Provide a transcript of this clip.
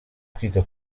kwiga